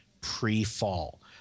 pre-fall